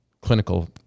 clinical